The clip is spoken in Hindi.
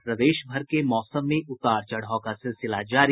और प्रदेशभर के मौसम में उतार चढ़ाव का सिलसिला जारी